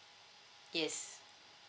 yes